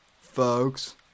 folks